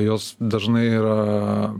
jos dažnai yra